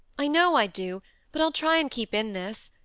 i know i do but i'll try and keep in this.